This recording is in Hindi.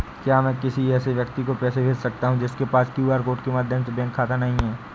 क्या मैं किसी ऐसे व्यक्ति को पैसे भेज सकता हूँ जिसके पास क्यू.आर कोड के माध्यम से बैंक खाता नहीं है?